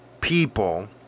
People